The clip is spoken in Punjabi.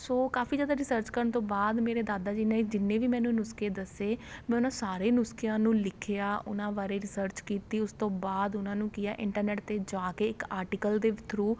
ਸੋ ਕਾਫੀ ਜ਼ਿਆਦਾ ਰਿਸਰਚ ਕਰਨ ਤੋਂ ਬਾਅਦ ਮੇਰੇ ਦਾਦਾ ਜੀ ਨੇ ਇਹ ਜਿੰਨੇ ਵੀ ਮੈਨੂੰ ਨੁਸਖੇ ਦੱਸੇ ਮੈਂ ਉਹਨਾਂ ਸਾਰੇ ਨੁਸਖਿਆਂ ਨੂੰ ਲਿਖਿਆ ਉਹਨਾਂ ਬਾਰੇ ਰਿਸਰਚ ਕੀਤੀ ਉਸ ਤੋਂ ਬਾਅਦ ਉਹਨਾਂ ਨੂੰ ਕੀ ਹੈ ਇੰਟਰਨੈੱਟ 'ਤੇ ਜਾ ਕੇ ਇੱਕ ਆਰਟੀਕਲ ਦੇ ਥਰੂ